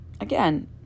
Again